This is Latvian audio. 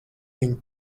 viņu